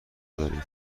داریم